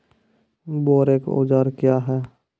बोरेक औजार क्या हैं?